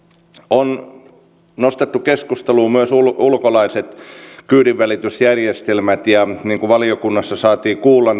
on nostettu keskusteluun myös ulkolaiset kyydinvälitysjärjestelmät ja niin kuin valiokunnassa saatiin kuulla